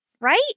right